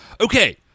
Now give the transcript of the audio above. Okay